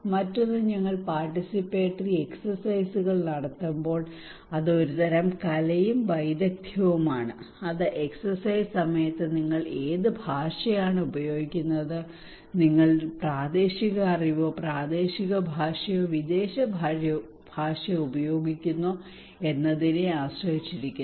മറ്റൊന്ന് ഞങ്ങൾ പാർട്ടിസിപ്പേറ്ററി എക്സെർസൈസുകൾ നടത്തുമ്പോൾ അത് ഒരുതരം കലയും ഒരുതരം വൈദഗ്ധ്യവുമാണ് അത് എക്സെർസൈസ് സമയത്ത് നിങ്ങൾ ഏത് ഭാഷയാണ് ഉപയോഗിക്കുന്നത് നിങ്ങൾ പ്രാദേശിക അറിവോ പ്രാദേശിക ഭാഷയോ വിദേശ ഭാഷയോ ഉപയോഗിക്കുന്നു എന്നതിനെ ആശ്രയിച്ചിരിക്കുന്നു